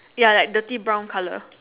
ya like dirty brown colour